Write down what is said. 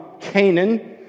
Canaan